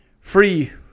free